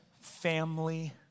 family